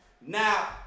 Now